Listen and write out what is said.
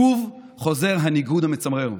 שוב חוזר הניגון המצמרר.